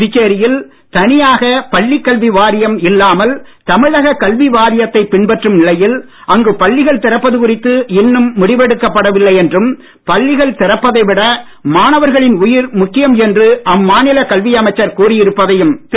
புதுச்சேரியில் தனியாக பள்ளிக் கல்வி வாரியம் இல்லாமல் தமிழக கல்வி வாரியத்தை பின்பற்றும் நிலையில் அங்கு பள்ளிகள் திறப்பது குறித்து இன்னும் முடிவெடுக்கப்பட வில்லை என்றும் பள்ளிகள் திறப்பதை விட மாணவர்களின் உயிர் முக்கியம் என்று அம்மாநில கல்வி அமைச்சர் கூறியிருப்பதையும் திரு